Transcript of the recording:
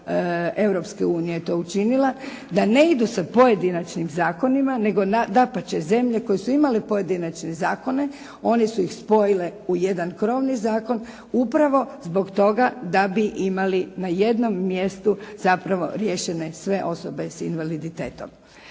da ne idu sa pojedinačnim zakonima, nego dapače. Zemlje koje su imale pojedinačne zakone one su ih spojile u jedan krovni zakon upravo zbog toga da bi imali na jednom mjestu zapravo riješene sve osobe sa invaliditetom.